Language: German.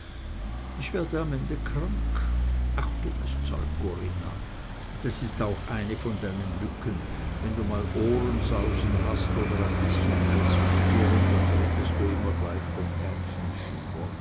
ich werde am ende krank ach dummes zeug corinna das ist auch eine von deinen nücken wenn du mal ohrensausen hast oder ein bißchen heiße stirn dann redest du immer gleich von